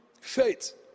faith